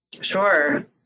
Sure